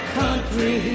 country